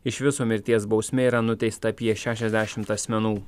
iš viso mirties bausmė yra nuteista apie šešiasdešimt asmenų